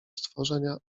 stworzenia